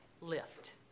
lift